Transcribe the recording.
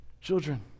children